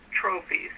trophies